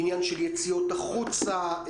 עניין של יציאות החוצה,